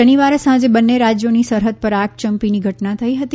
શનિવારે સાંજે બન્ને રાજ્યોની સરહૃદ પર આગચંપીની ઘટના થઇ હતી